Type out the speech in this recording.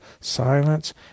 silence